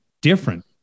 different